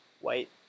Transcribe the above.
white